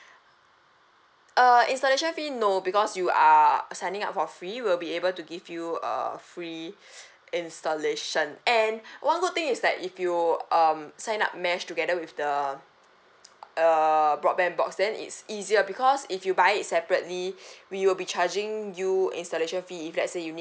uh installation fee no because you are signing up for free we'll be able to give you a free installation and one good thing is that if you um sign up mesh together with the err broadband box then it's easier because if you buy it separately we will be charging you installation fee if let's say you need